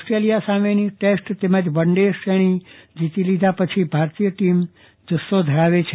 Australia સામેની test તેમજ one day શ્રેણી જીતી લીધા પછી ભારતીય ટીમ જુસ્સો ધરાવે છે